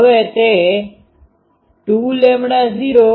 હવે તે 2૦L થશે